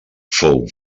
fou